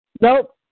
Nope